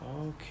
Okay